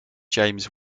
james